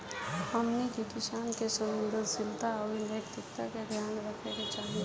हमनी के किसान के संवेदनशीलता आउर नैतिकता के ध्यान रखे के चाही